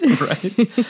Right